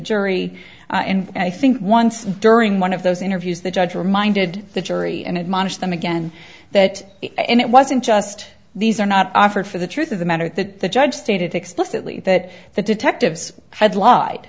jury and i think once during one of those interviews the judge reminded the jury and admonished them again that it wasn't just these are not offered for the truth of the matter that the judge stated explicitly that the detectives had l